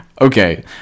Okay